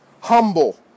Humble